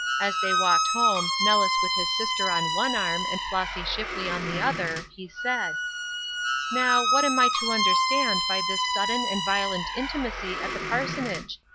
as they walked home, nellis with his sister on one arm, and flossy shipley on the other, he said now, what am i to understand by this sudden and violent intimacy at the parsonage?